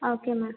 okay ma'am